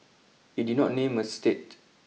it did not name a state